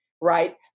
right